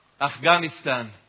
Afghanistan